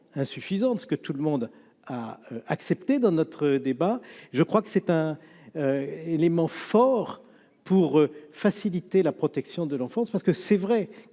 insuffisantes, ce que tout le monde a accepté dans notre débat, je crois que c'est un élément fort pour faciliter la protection de l'enfance parce que c'est vrai,